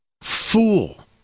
fool